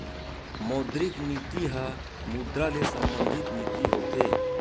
मौद्रिक नीति ह मुद्रा ले संबंधित नीति होथे